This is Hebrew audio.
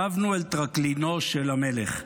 שבנו אל טרקלינו של המלך.